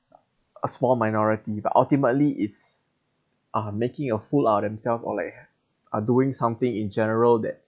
a small minority but ultimately it's uh making a fool out of himself or like uh doing something in general that